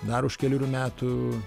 dar už kelerių metų